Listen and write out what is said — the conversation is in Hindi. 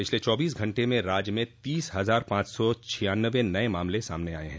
पिछले चौबीस घंटे में राज्य में तीस हजार पांच सौ छियान्नबे नये मामले आये हैं